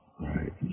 Right